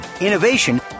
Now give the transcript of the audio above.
innovation